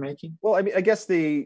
making well i mean i guess the